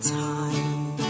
time